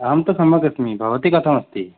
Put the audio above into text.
अहं तु सम्यक् अस्मि भवती कथमस्ति